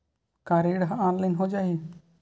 का ऋण ह ऑनलाइन हो जाही?